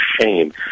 shame